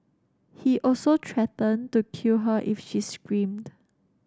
he also threatened to kill her if she screamed